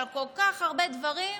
על כל כך הרבה דברים,